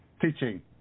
teaching